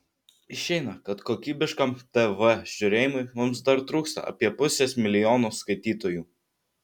išeina kad kokybiškam tv žiūrėjimui mums dar trūksta apie pusės milijono skaitytojų